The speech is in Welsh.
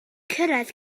cyrraedd